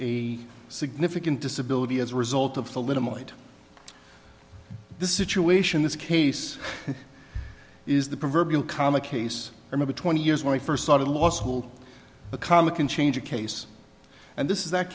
a significant disability as a result of the little mite this situation this case is the proverbial comic case remember twenty years when i first saw the law school a comic can change a case and this is that